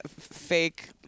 fake